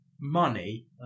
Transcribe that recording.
money